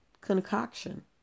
Concoction